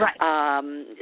Right